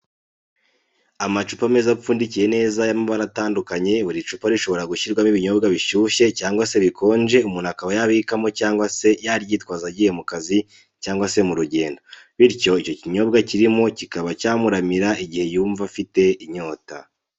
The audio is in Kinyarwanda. Amacupa meza apfundikiye neza y'amabara atandukanye, buri cupa rishobora gushyirwamo ibinyobwa bishushye cyangwa se bikonje umuntu akaba yabibikamo cyangwa se akaba yaryitwaza agiye mu kazi cyangwa se ku rugendo, bityo icyo kinyobwa kirimo kikaba cyamuramira igihe yumva afite inyota.